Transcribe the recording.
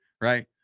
right